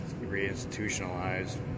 re-institutionalized